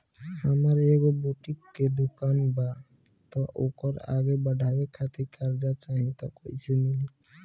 हमार एगो बुटीक के दुकानबा त ओकरा आगे बढ़वे खातिर कर्जा चाहि त कइसे मिली?